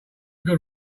good